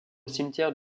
cimetière